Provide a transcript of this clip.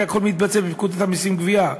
זה הכול מתבצע בפקודת המסים (גבייה).